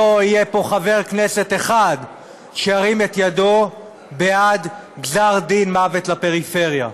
לא יהיה פה חבר כנסת אחד שירים את ידו בעד גזר-דין מוות לפריפריה.